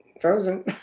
frozen